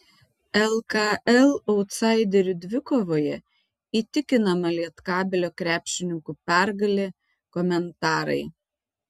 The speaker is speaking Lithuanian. lkl autsaiderių dvikovoje įtikinama lietkabelio krepšininkų pergalė komentarai